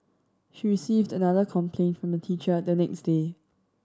she received another complaint from the teacher the next day